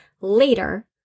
later